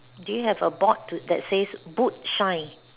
do you have a board that says boot shine